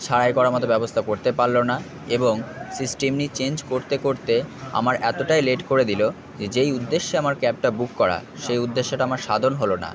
সারাই করার মতো ব্যবস্থা করতে পারল না এবং সে স্টেপনি চেঞ্জ করতে করতে আমার এতটাই লেট করে দিল যে যেই উদ্দেশ্যে আমার ক্যাবটা বুক করা সেই উদ্দেশ্যটা আমার সাধন হলো না